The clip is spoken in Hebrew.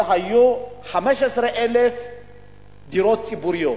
היו 15,000 דירות ציבוריות,